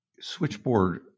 Switchboard